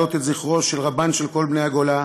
להעלות את זכרו של רבם של כל בני הגולה,